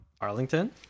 Arlington